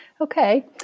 Okay